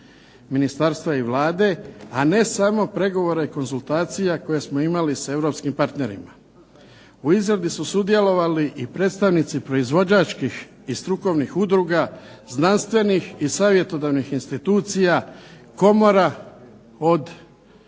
ministarstva i Vlade, a ne samo pregovora i konzultacija koje smo imali s europskim partnerima. U izradi su sudjelovali i predstavnici proizvođačkih i strukovnih udruga, znanstvenih i savjetodavnih institucija, komora – od